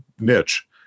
niche